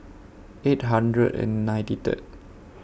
eight hundred and ninety Third